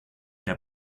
der